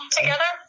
together